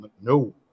no